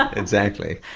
ah exactly.